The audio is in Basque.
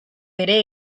bere